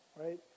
Right